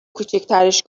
کوچیکترش